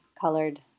colored